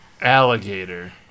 Alligator